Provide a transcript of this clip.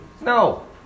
No